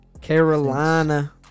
Carolina